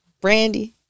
Brandy